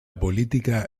política